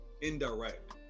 indirect